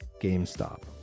GameStop